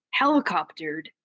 helicoptered